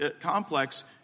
complex